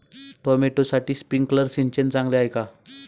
टोमॅटोसाठी स्प्रिंकलर सिंचन चांगले आहे का?